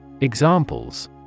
Examples